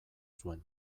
zuen